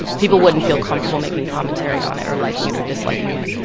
people wouldn't feel comfortable making commentary on it or liking it or disliking it,